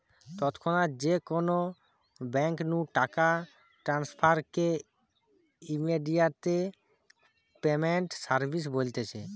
তৎক্ষণাৎ যে কোনো বেঙ্ক নু টাকা ট্রান্সফার কে ইমেডিয়াতে পেমেন্ট সার্ভিস বলতিছে